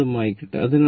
ഞാൻ അത് മായ്ക്കട്ടെ